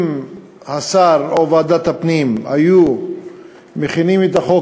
אם השר או ועדת הפנים היו מכינים את החוק